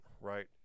right